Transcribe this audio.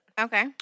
Okay